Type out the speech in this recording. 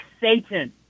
Satan